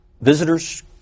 visitors